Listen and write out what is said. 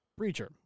Breacher